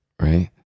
right